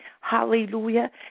Hallelujah